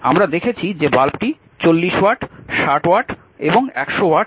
আমরা দেখেছি যে বাল্বটি 40 ওয়াট 60 ওয়াট এবং 100 ওয়াট ইত্যাদি